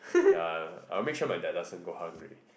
ya I will make sure my dad doesn't go hungry